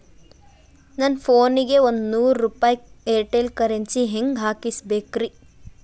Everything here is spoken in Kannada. ನನ್ನ ಫೋನಿಗೆ ಒಂದ್ ನೂರು ರೂಪಾಯಿ ಏರ್ಟೆಲ್ ಕರೆನ್ಸಿ ಹೆಂಗ್ ಹಾಕಿಸ್ಬೇಕ್ರಿ?